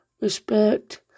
respect